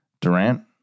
Durant